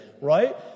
right